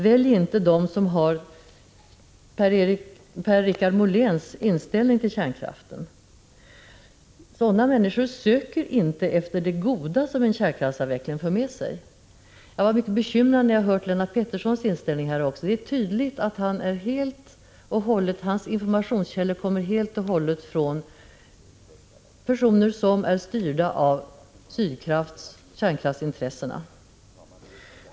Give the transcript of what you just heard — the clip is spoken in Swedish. Välj inte dem som har Per-Richard Moléns inställning till kärnkraften. Sådana människor söker inte efter det goda som en kärnkraftsavveckling för med sig. Jag var mycket bekymrad också när jag hörde vilken inställning Lennart Petterson har. Det är tydligt att hans information helt och hållet kommer från personer som är styrda av Sydkraft och kärnkraftsintressenterna.